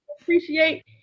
Appreciate